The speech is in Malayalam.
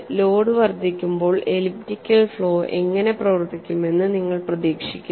ലോഡ് വർദ്ധിക്കുമ്പോൾ എലിപ്റ്റിക്കൽ ഫ്ലോ എങ്ങനെ പ്രവർത്തിക്കുമെന്ന് നിങ്ങൾ പ്രതീക്ഷിക്കുന്നു